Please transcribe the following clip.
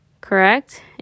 correct